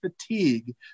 fatigue